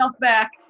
back